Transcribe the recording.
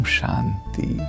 Shanti